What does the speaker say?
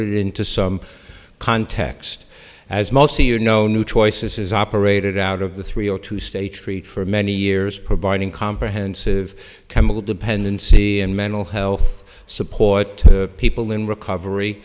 it into some context as most of you know new choices has operated out of the three or to stay treat for many years providing comprehensive chemical dependency and mental health support to people in recovery